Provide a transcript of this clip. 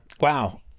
wow